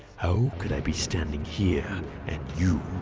how could i be standing here and you?